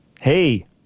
Hey